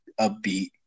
upbeat